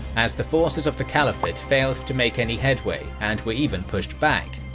as the forces of the caliphate failed to make any headway and were even pushed back.